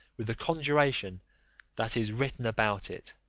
with the conjuration that is written about it.